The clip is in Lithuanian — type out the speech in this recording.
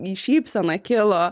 į šypseną kilo